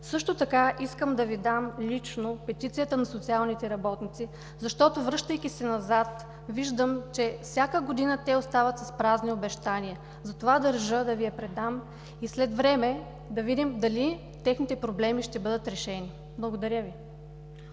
Също така искам да Ви дам лично петицията на социалните работници, защото връщайки се назад виждам, че всяка година те остават с празни обещания. Затова държа да Ви я предам и след време да видим дали техните проблеми ще бъдат решени. Благодаря Ви.